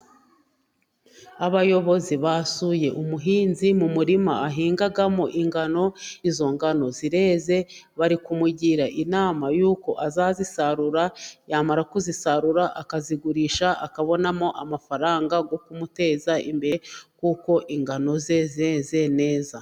Abayobozi basuye umuhinzi mu murima ahingamo ingano. Izo ngano zireze . Bari kumugira inama y'uko azazisarura, yamara kuzisarura, akazigurisha akabonamo amafaranga yo kumuteza imbere kuko ingano zeze neza.